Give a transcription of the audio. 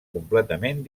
completament